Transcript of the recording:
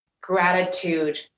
gratitude